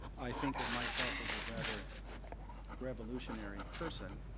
i think of myself as a rather revolutionary person.